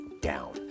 down